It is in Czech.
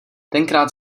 tenkrát